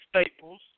Staples